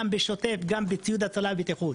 גם בשוטף, גם בציוד הצלה ובטיחות.